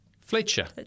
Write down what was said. Fletcher